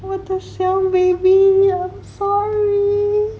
我的小 baby I'm sorry